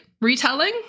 retelling